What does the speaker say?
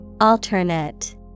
Alternate